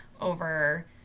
over